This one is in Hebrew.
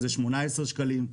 המחיר הוא 18 שקלים.